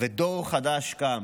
ודור חדש קם,